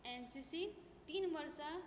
NCC तीन वर्सां